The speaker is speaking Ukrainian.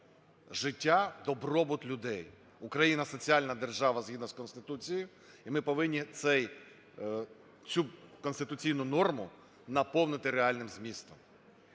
Життя, добробут людей, Україна - соціальна держава згідно з Конституцією, і ми повинні цю конституційну норму наповнити реальним змістом.